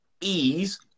ease